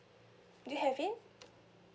do you have it